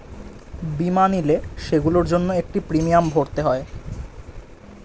বীমা নিলে, সেগুলোর জন্য একটা প্রিমিয়াম ভরতে হয়